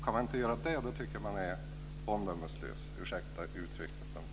Kan man inte göra det tycker jag att man är omdömeslös - ursäkta uttrycket.